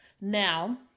Now